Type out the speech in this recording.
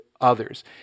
others